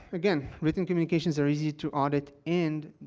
again, we think communications are easy to audit, and,